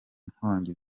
inkongi